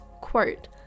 quote